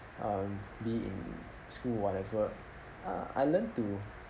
um be in school whatever ah I learned to